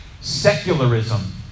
secularism